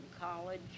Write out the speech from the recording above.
College